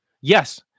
Yes